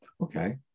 okay